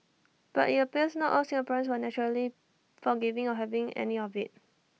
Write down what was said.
but IT appears not all Singaporeans were naturally forgiving or having any of IT